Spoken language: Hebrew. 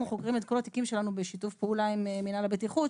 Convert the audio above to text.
אנחנו חוקרים את כל התיקים שלנו בשיתוף פעולה עם מינהל הבטיחות,